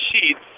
sheets